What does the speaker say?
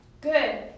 Good